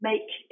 Make